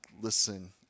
listen